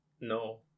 No